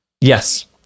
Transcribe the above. Yes